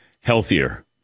healthier